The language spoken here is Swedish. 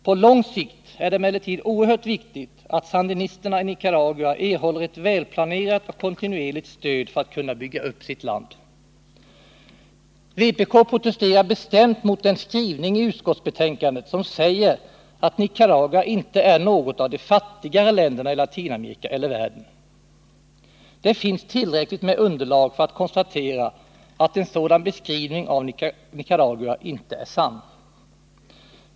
På lång sikt är det emellertid oerhört viktigt att sandinisterna i Nicaragua erhåller ett välplanerat och kontinuerligt stöd för att kunna bygga upp sitt land. Vpk protesterar bestämt mot den skrivning i utskottsbetänkandet som säger att Nicaragua inte är något av de fattigare länderna i Latinamerika eller världen. Det finns tillräckligt med underlag för att vi skall kunna konstatera att en sådan beskrivning av Nicaragua inte är sann.